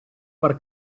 per